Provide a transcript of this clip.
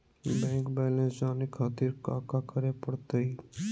Bank balance जाने खातिर काका करे पड़तई?